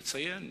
לציין,